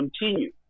continue